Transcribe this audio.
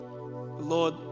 Lord